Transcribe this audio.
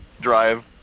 drive